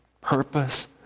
purpose